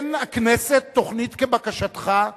אין הכנסת תוכנית כבקשתך,